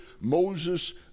Moses